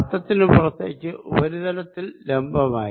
വ്യാപ്തത്തിനു പുറത്തേക്ക് ഉപരിതലത്തിൽ ലംബമായി